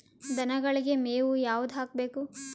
ದನಗಳಿಗೆ ಮೇವು ಯಾವುದು ಹಾಕ್ಬೇಕು?